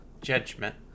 Judgment